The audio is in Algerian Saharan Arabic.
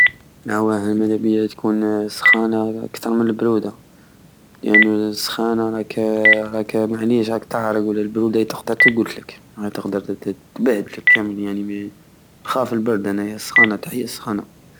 اواه انا مادابية تكون السخانة كتر من البرودة لانو السخانة راك- راك معليش راك تعرق ولا البرودة تقدر تقتلك تقدر ت- ت- تبهدلك كامل يعني نخاف البرد انا السخانة تحية السخانة